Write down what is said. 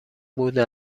بوده